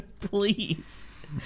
Please